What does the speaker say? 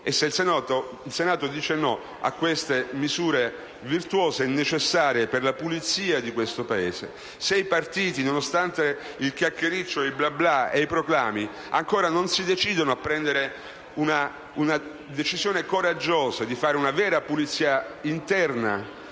Se il Senato dice di no a queste misure, virtuose e necessarie per la pulizia di questo Paese, se i partiti, nonostante il chiacchiericcio, i «blabla» e i proclami, ancora non si decidono ad intraprendere la strada coraggiosa di una vera pulizia interna